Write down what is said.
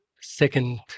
second